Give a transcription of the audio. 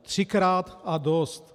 Třikrát a dost!